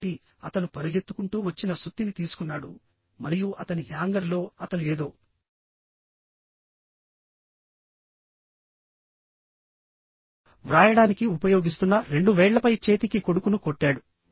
కాబట్టి అతను పరుగెత్తుకుంటూ వచ్చిన సుత్తిని తీసుకున్నాడు మరియు అతని హ్యాంగర్లో అతను ఏదో వ్రాయడానికి ఉపయోగిస్తున్న రెండు వేళ్ళపై చేతికి కొడుకును కొట్టాడు